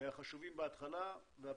במשאבי טבע צומחות פחות.